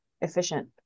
efficient